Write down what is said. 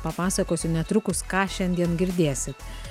papasakosiu netrukus ką šiandien girdėsit